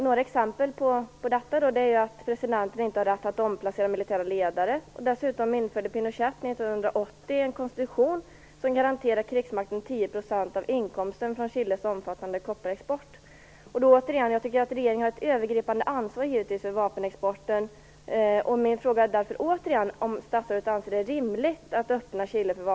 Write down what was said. Ett exempel på det är att presidenten inte har rätt att omplacera militära ledare. Ett annat exempel är att Pinochet 1980 införde en konstitution som garanterar krigsmakten 10 % av inkomsten från Chiles omfattande kopparexport. Jag tycker att regeringen givetvis har ett övergripande ansvar för vapenexporten. Min fråga blir därför återigen om statsrådet anser det rimligt att öppna